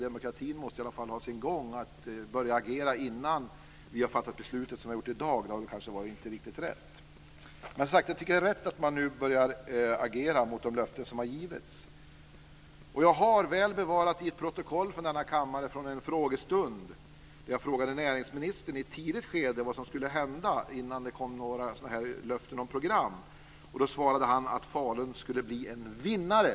Demokratin måste i alla fall ha sin gång. Att börja agera innan dagens beslut hade inte varit riktigt rätt. Det är rätt att nu börja agera mot de löften som har givits. Jag har, väl bevarat, ett protokoll från denna kammare från en frågestund. Då frågade jag näringsministern i ett tidigt skede vad som skulle hända. Det var innan det kom några sådana här löften om program. Då svarade han att Falun skulle bli en vinnare.